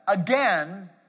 again